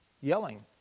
yelling